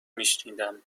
میشنیدم